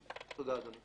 תודה, אדוני.